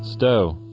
stowe?